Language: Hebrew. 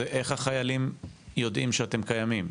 זה איך החיילים יודעים שאתם קיימים,